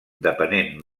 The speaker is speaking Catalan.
depenent